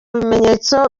bimenyetso